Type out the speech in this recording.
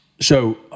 So-